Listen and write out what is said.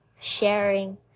sharing